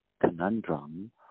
conundrum